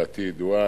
ודעתי ידועה,